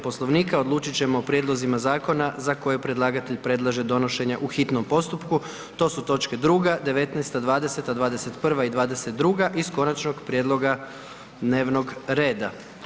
Poslovnika odlučit ćemo o prijedlozima zakona za koje predlagatelj predlaže donošenje u hitnom postupku, to su točke 2., 19., 20., 21. i 22. iz Konačnog prijedloga dnevnog reda.